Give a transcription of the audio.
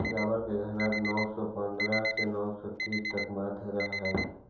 rubber के घनत्व नौ सौ पंद्रह से नौ सौ तीस के मध्य रहऽ हई